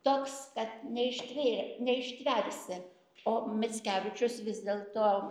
toks kad neištvėrė neištversi o mickevičius vis dėlto